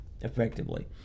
effectively